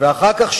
ואחר כך,